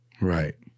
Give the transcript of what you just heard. Right